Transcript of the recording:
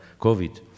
COVID